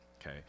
okay